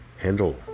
handle